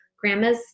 grandma's